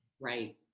right